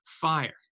fire